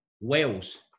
Wales